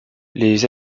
les